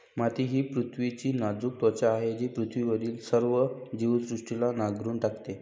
माती ही पृथ्वीची नाजूक त्वचा आहे जी पृथ्वीवरील सर्व जीवसृष्टीला नांगरून टाकते